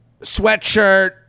sweatshirt